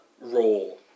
roll